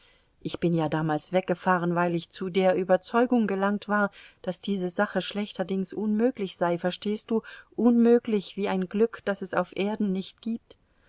ich bin ja damals weggefahren weil ich zu der überzeugung gelangt war daß diese sache schlechterdings unmöglich sei verstehst du unmöglich wie ein glück das es auf erden nicht gibt